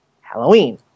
Halloween